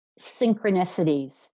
synchronicities